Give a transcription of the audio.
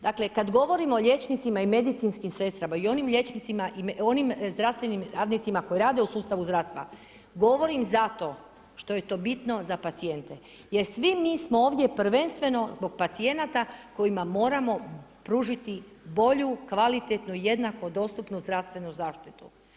Dakle kad govorimo o liječnicima i medicinskim sestrama i onim liječnicima, onim zdravstvenim radnicima koji rade u sustavu zdravstva, govorim zato što je to bitno za pacijente jer svi mi smo ovdje prvenstveno zbog pacijenata kojima moramo pružiti bolju, kvalitetnu, jednako dostupnu zdravstvenu zaštitu.